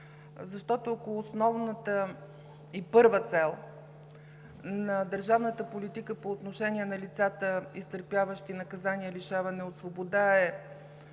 защото ако основната и първа цел на държавната политика по отношение на лицата, изтърпяващи наказание „лишаване от свобода“,